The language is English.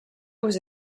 was